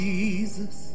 Jesus